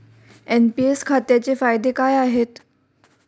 NPS खात्याचे फायदे काय आहेत?